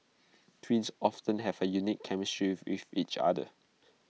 twins often have A unique chemistry with with each other